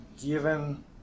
Given